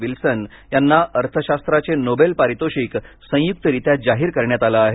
Wilson यांना अर्थशास्त्राचे Nobel पारितोषिक संयुक्तरित्या जाहीर करण्यात आले आहे